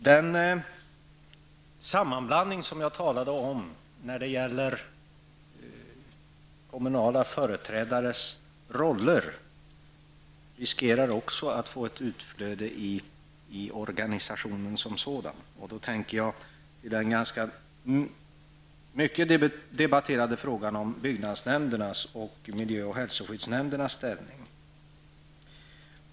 Den sammanblandning som jag talade om när det gäller kommunala företrädares roller riskerar också att få ett utflöde i organisationen som sådan. Jag tänker då på den mycket omdebatterade frågan om byggnadsnämndernas och miljö och hälsoskyddsnämndernas ställning.